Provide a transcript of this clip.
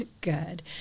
Good